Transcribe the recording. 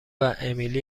امیلی